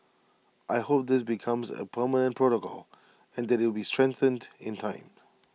I hope this becomes A permanent protocol and that IT would be strengthened in time